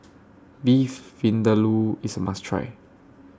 Beef Vindaloo IS A must Try